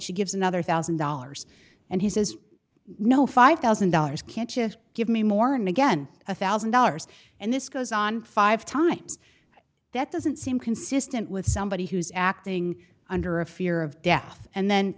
she gives another one thousand dollars and he says no five thousand dollars can't you give me more and again a one thousand dollars and this goes on five times that doesn't seem consistent with somebody who's acting under a fear of death and then